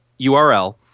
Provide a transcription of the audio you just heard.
URL